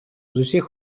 усіх